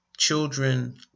Children